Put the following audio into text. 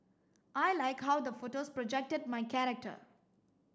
I like how the photos projected my character